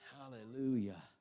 hallelujah